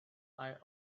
eye